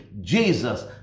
jesus